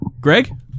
Greg